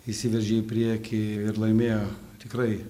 įsiveržė į priekį ir laimėjo tikrai